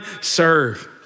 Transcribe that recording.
serve